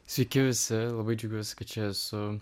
sveiki visi labai džiaugiuosi kad čia esu